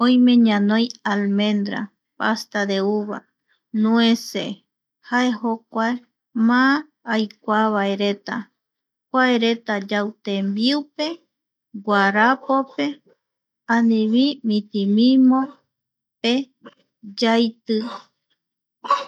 Oime ñanoi almendra, pasta de uva, nueces jae jokua má aikuavareta, kuareta yau tembiupe guarapope, anivi mitimimo, pe yaiti